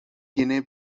tiene